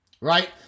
right